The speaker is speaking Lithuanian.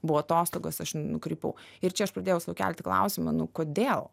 buvo atostogos aš nukrypau ir čia aš pradėjau kelti klausimą nu kodėl